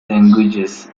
languages